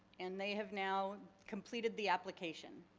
and they have now completed the application.